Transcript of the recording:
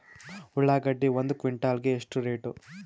ಉಳ್ಳಾಗಡ್ಡಿ ಒಂದು ಕ್ವಿಂಟಾಲ್ ಗೆ ಎಷ್ಟು ರೇಟು?